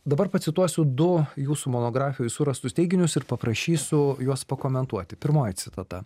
dabar pacituosiu du jūsų monografijoj surastus teiginius ir paprašysiu juos pakomentuoti pirmoji citata